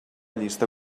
llista